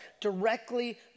directly